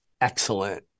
excellent